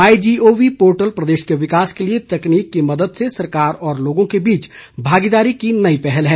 MyGov portal प्रदेश के विकास के लिए तकनीक की मदद से सरकार और लोगों के बीच भागीदारी की नई पहल है